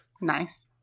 Nice